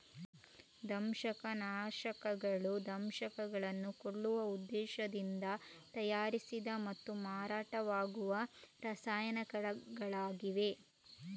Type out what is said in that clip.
ದಂಶಕ ನಾಶಕಗಳು ದಂಶಕಗಳನ್ನು ಕೊಲ್ಲುವ ಉದ್ದೇಶದಿಂದ ತಯಾರಿಸಿದ ಮತ್ತು ಮಾರಾಟವಾಗುವ ರಾಸಾಯನಿಕಗಳಾಗಿವೆ